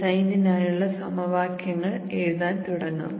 ഡിസൈനിനായുള്ള സമവാക്യങ്ങൾ എഴുതാൻ തുടങ്ങാം